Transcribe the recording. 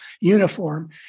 uniform